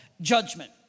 judgment